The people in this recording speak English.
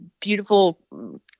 beautiful